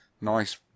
Nice